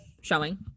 showing